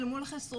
אל מול חסרונות,